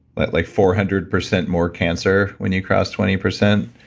but like four hundred percent more cancer when you cross twenty percent,